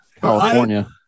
california